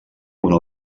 una